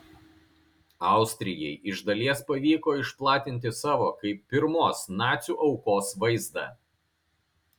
austrijai iš dalies pavyko išplatinti savo kaip pirmos nacių aukos vaizdą